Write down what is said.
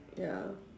ya